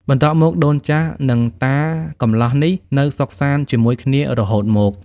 បន្ទាប់មកដូនចាស់និងតាកំលោះនេះ នៅសុខសាន្តជាមួយគ្នារហូតមក ។